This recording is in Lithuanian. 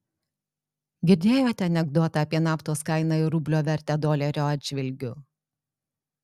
girdėjote anekdotą apie naftos kainą ir rublio vertę dolerio atžvilgiu